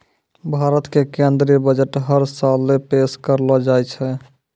भारत के केन्द्रीय बजट हर साले पेश करलो जाय छै